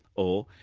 or,